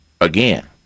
again